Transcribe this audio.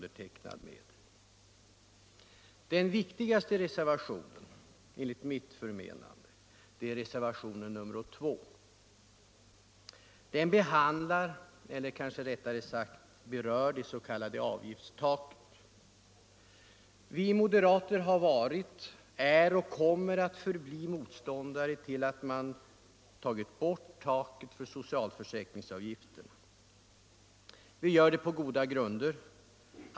Den enligt mitt förmenande viktigaste reservationen är reservationen 2. Den behandlar eller kanske rättare sagt berör det s.k. avgiftstaket. Vi moderater har varit, är och kommer att förbli motståndare till att man tagit bort taket för socialförsäkringsavgiften. Vi är det på goda grunder.